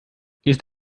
ist